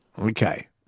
Okay